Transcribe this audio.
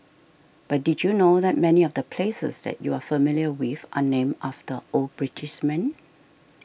but did you know that many of the places that you're familiar with are named after old British men